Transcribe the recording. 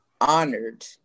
honored